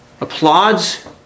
applauds